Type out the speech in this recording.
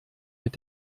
mit